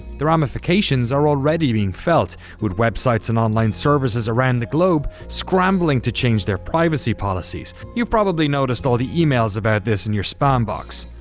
the ramifications are already being felt with websites and online services around the globe scrambling to change their privacy policies. you've probably noticed all the emails about this in your spam box.